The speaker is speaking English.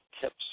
tips